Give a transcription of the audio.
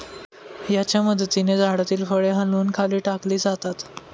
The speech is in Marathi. याच्या मदतीने झाडातील फळे हलवून खाली टाकली जातात